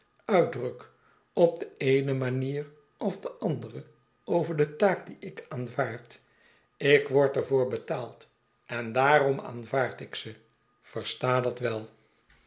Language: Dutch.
ojj de eene manier of de andere over de taak die ik aanvaard ik word er voor betaald en daarorn aanvaard ik ze versta dat wel